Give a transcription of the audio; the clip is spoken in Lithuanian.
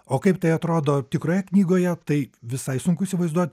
o kaip tai atrodo tikroje knygoje taip visai sunku įsivaizduoti